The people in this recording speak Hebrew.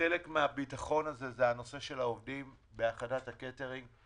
חלק מהביטחון הזה זה הנושא של העובדים בהכנת הקייטרינג.